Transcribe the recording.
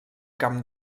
camp